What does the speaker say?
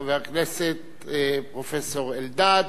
חבר הכנסת פרופסור אלדד.